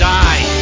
die